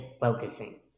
focusing